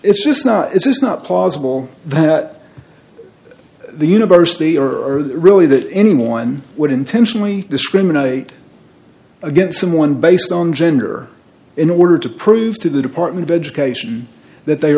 it's just not it's not plausible that the university or really that any more on would intentionally discriminate against someone based on gender in order to prove to the department of education that they